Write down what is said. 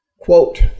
quote